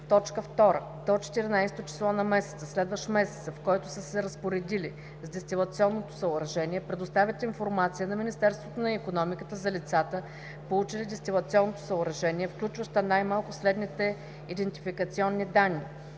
2. до 14-о число на месеца, следващ месеца, в който са се разпоредили с дестилационното съоръжение, предоставят информация на Министерството на икономиката за лицата, получили дестилационното съоръжение, включваща най-малко следните идентификационни данни